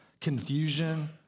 confusion